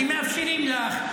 כי מאפשרים לך,